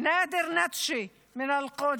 נאדר נתשה מאל-קודס,